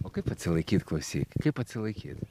o kaip atsilaikyt klausyk kaip atsilaikyt